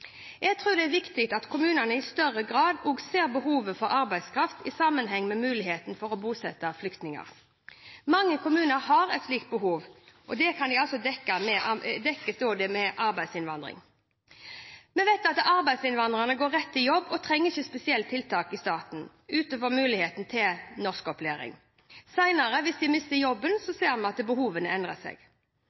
Jeg tror det er viktig at kommunene i større grad ser behovet for arbeidskraft i sammenheng med muligheten for å bosette flyktninger. Mange kommuner har et slikt behov, og dekker det med arbeidsinnvandring. Vi vet at arbeidsinnvandrere går rett til en jobb, og de trenger ikke spesielle tiltak i starten, utover mulighet til norskopplæring. Seinere, hvis de mister jobben, ser vi at behovene kan endre seg.